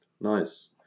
Nice